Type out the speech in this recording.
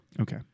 Okay